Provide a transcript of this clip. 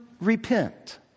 repent